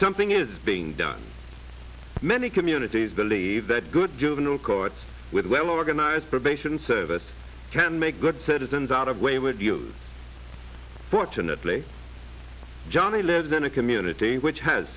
something is being done many communities believe that good juvenile court with well organized probation service can make good citizens out of wayward youth fortunately johnny lives in a community which has